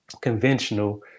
conventional